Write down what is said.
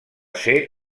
ser